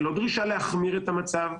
היא לא דרישה להחמיר את המצב,